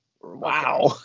Wow